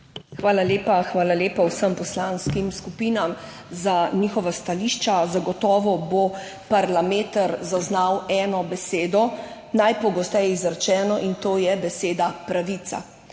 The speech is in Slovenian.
Hvala lepa. Hvala lepa vsem poslanskim skupinam za njihova stališča. Zagotovo bo Parlameter zaznal eno besedo, najpogosteje izrečeno, in to je beseda pravica.